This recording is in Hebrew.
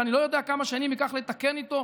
שאני לא יודע כמה שנים ייקח לתקן אותו,